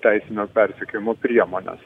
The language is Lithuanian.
teisinio persekiojimo priemones